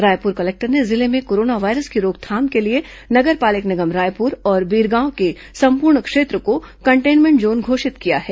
Raipur collector ने जिले में कोरोना वायरस की रोकथाम के लिए नगर पालिक निगम रायपुर और बिरगांव के संपूर्ण क्षेत्र को कंटेनमेंट जोन घोषित किया है